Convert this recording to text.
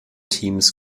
teams